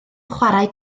chwarae